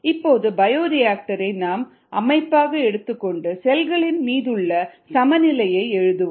இப்போது பயோரியாக்டர் யை நம் அமைப்பாக எடுத்துக் கொண்டு செல்களின் மீதுள்ள சமநிலையை எழுதுவோம்